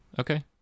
Okay